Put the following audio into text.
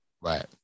Right